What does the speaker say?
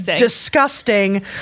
Disgusting